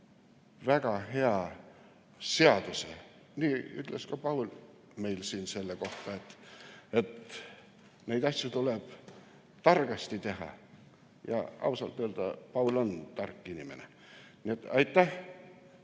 väga hea seadus. Nii ütles ka Paul siin selle kohta, et neid asju tuleb targasti teha. Ausalt öelda on Paul tark inimene. Nii